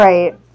Right